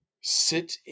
sit